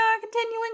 continuing